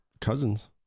cousins